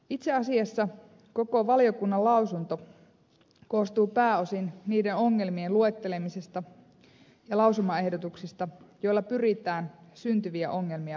itse asiassa koko valiokunnan lausunto koostuu pääosin niiden ongelmien luettelemisesta ja lausumaehdotuksista joilla pyritään syntyviä ongelmia välttämään